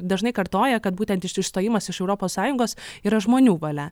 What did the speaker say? dažnai kartoja kad būtent iš išstojimas iš europos sąjungos yra žmonių valia